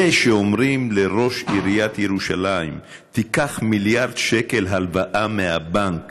זה שאומרים לראש עיריית ירושלים: תיקח מיליארד שקל הלוואה מהבנק